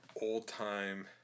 old-time